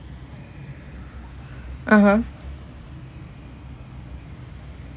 (uh huh)